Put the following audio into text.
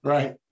Right